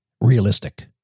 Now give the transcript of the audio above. realistic